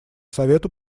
совету